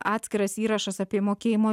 atskiras įrašas apie mokėjimo